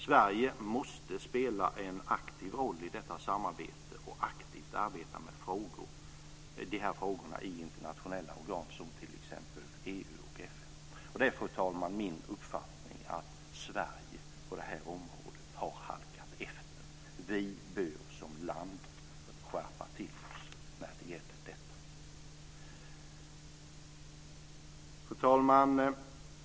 Sverige måste spela en aktiv roll i detta samarbete och aktivt arbeta med frågorna i internationella organ som t.ex. EU och FN. Det är, fru talman, min uppfattning att Sverige på det här området har halkat efter. Vi bör som land skärpa oss. Fru talman!